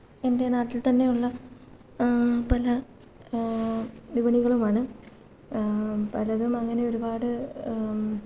എന്റെ നാട്ടില്ത്തന്നെ ഉള്ള പല വിപണികളുമാണ് പലരും അങ്ങനെ ഒരുപാട്